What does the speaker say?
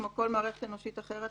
כמו כל מערכת אנושית אחרת,